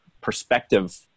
perspective